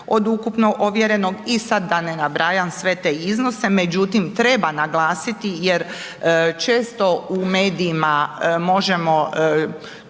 od ukupno ovjerenog. I sad da ne nabrajam sve te iznose, međutim treba naglasiti jer često u medijima možemo